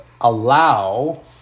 allow